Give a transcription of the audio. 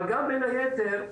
ובין היתר,